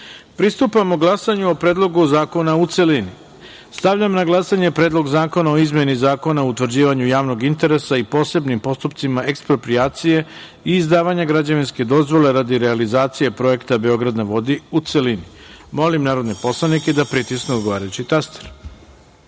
glasanju o Predlogu zakona u celini. Stavljam na glasanje Predlog zakona o izmeni Zakona o utvrđivanju javnog interesa i posebnim postupcima eksproprijacije i izdavanja građevinske dozvole radi realizacije projekta „Beograd na vodi“, u celini. Molim narodne poslanike da pritisnu odgovarajući